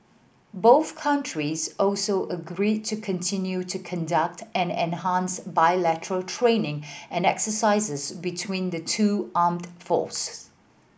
both countries also agreed to continue to conduct and enhance bilateral training and exercises between the two armed force